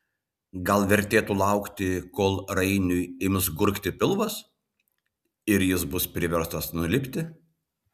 gal vertėtų laukti kol rainiui ims gurgti pilvas ir jis bus priverstas nulipti